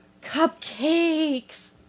Cupcakes